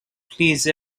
please